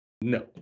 No